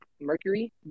Mercury